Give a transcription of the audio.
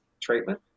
treatment